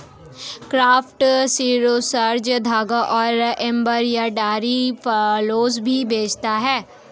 craft resources धागा और embroidery floss भी बेचता है